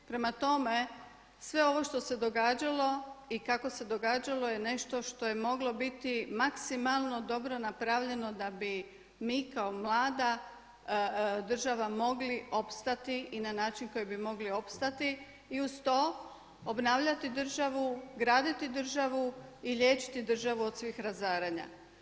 Prema tome sve ovo što se događalo i kako se događalo je nešto što je moglo biti maksimalno dobro napravljeno da bi mi kao mlada država mogli opstati i na način koji bi mogli opstati i uz to obnavljati državu, graditi državu i liječiti državu od svih razaranja.